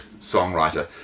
songwriter